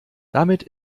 damit